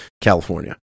california